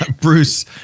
Bruce